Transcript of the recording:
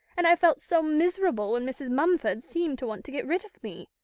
and i felt so miserable when mrs. mumford seemed to want to get rid of me.